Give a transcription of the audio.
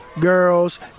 girls